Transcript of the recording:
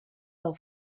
del